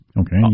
Okay